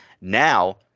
Now